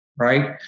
right